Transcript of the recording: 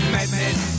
Madness